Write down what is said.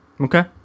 Okay